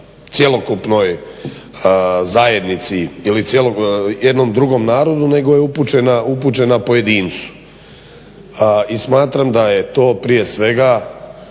cjelokupnoj zajednici ili jednom drugom narodu nego je upućena pojedincu. I smatram da je to prije svega